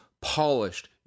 polished